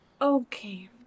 Okay